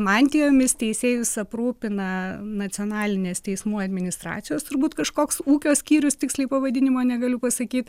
mantijomis teisėjus aprūpina nacionalinės teismų administracijos turbūt kažkoks ūkio skyrius tiksliai pavadinimo negaliu pasakyt